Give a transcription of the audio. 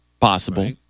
possible